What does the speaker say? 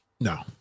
No